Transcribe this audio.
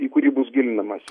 į kurį bus gilinamasi